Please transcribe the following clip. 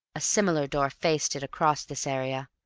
a similar door faced it across this area,